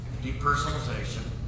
Depersonalization